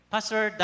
Pastor